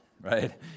right